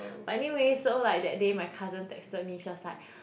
but anyways so like that day my cousin texted me she was like